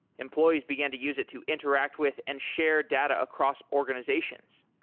employees began to use it to interact with and share data across organizations.